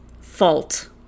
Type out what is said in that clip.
fault